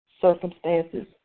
circumstances